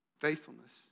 Faithfulness